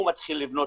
הוא מתחיל לבנות,